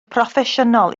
proffesiynol